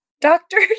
doctors